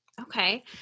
Okay